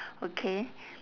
okay